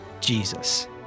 Jesus